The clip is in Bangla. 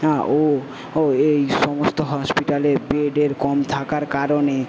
না ও ও এই সমস্ত হসপিটালে বেডের কম থাকার কারণে